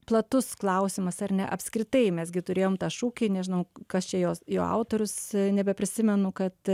platus klausimas ar ne apskritai mes gi turėjome tą šūkį nežinau kas čia jos jo autorius nebeprisimenu kad